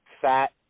fat